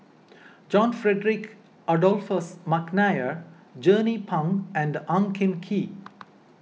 John Frederick Adolphus McNair Jernnine Pang and Ang Hin Kee